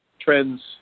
trends